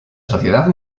sociedad